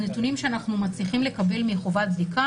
הנתונים שאנחנו מצליחים לקבל מחובת הבדיקה